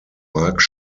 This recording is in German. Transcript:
marx